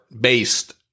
based